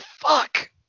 fuck